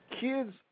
Kids